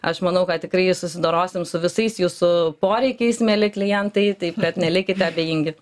aš manau kad tikrai susidorosim su visais jūsų poreikiais mieli klientai taip kad nelikite abejingi